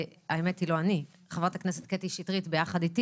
האמת שלא אני: חברת הכנסת קטי שטרית ביחד איתי